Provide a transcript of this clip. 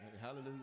Hallelujah